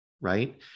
right